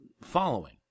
following